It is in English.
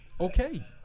Okay